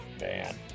man